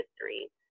history